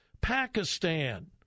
Pakistan